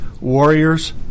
warriors